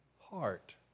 heart